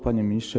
Panie Ministrze!